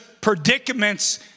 predicaments